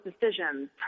decisions